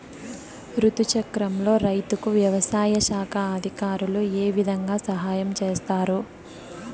రుతు చక్రంలో రైతుకు వ్యవసాయ శాఖ అధికారులు ఏ విధంగా సహాయం చేస్తారు?